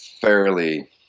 fairly